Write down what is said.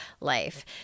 life